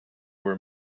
were